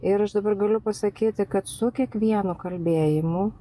ir aš dabar galiu pasakyti kad su kiekvienu kalbėjimu